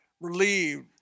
relieved